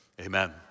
Amen